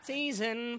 Season